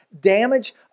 damage